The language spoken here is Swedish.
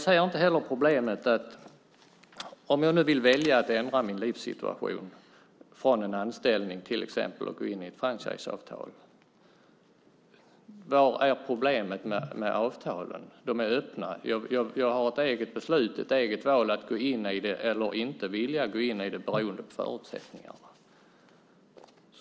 Var finns problemen med avtalen om jag väljer att ändra min livssituation och gå från en anställning och gå in i ett franchiseavtal? De är öppna. Jag fattar ett eget beslut, jag gör ett eget val, att gå in i det eller inte beroende på förutsättningarna.